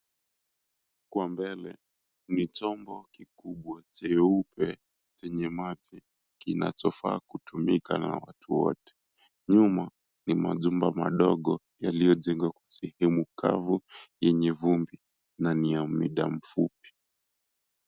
Kwa mbele ni chombo kikubwa cheupe chenye maji kinachofaa kutumika na watu wote. Nyuma ni majumba madogo yaliyojengwa sehemu kavu yenye vumbi na ni ya muda mfupi.